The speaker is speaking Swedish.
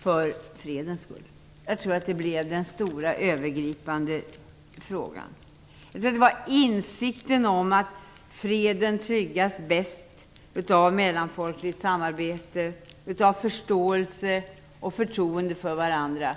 för fredens skull. Jag tror att det blev den stora övergripande frågan. Det var insikten om att freden tryggas bäst av mellanfolkligt samarbete, av förståelse och förtroende för varandra.